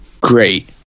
great